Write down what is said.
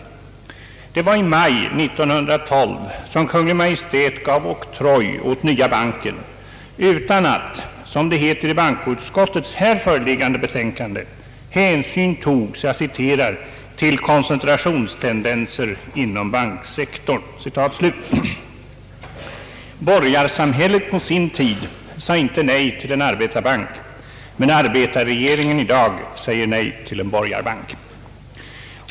Det var i maj 1912 som Kungl. Maj:t gav oktroj åt Nya banken, utan att — som det heter i bankoutskottets här föreliggande betänkande — hänsyn togs »till koncentrationstendenser inom <:banksektorn». Borgarsamhället på sin tid sade inte nej till en arbetarbank, men arbetarregeringen i dag säger nej till en borgarbank.